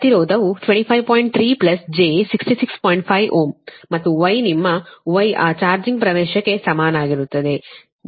5 Ω ಮತ್ತು ನಿಮ್ಮ Y ಆ ಚಾರ್ಜಿಂಗ್ ಪ್ರವೇಶಕ್ಕೆ ಸಮಾನವಾಗಿರುತ್ತದೆ j0